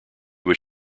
was